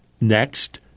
Next